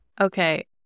Okay